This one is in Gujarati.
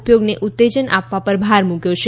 ઉપયોગને ઉત્તેજન આપવા પર ભાર મૂક્યો છે